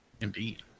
indeed